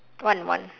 one one